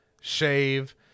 shave